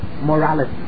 morality